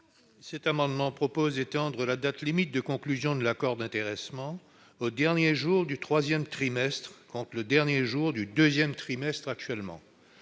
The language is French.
Cet amendement vise à étendre la date limite de conclusion de l'accord d'intéressement au dernier jour du troisième trimestre, contre le dernier jour du deuxième trimestre actuellement.